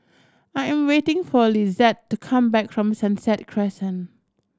I am waiting for Lizeth to come back from Sunset Crescent